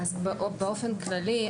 באופן כללי,